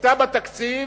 בשליטה בתקציב,